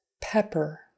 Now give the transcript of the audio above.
Pepper